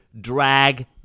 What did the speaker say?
drag